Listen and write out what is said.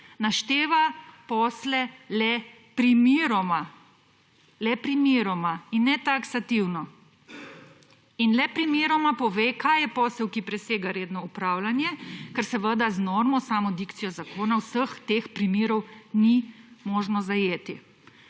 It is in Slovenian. našteva posle le primeroma in ne taksativno. In le primerom pove kaj je posel, ki presega redno upravljanje, ker seveda z normo, s samo dikcijo zakona vseh teh primerov ni možno zajeti.